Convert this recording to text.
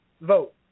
vote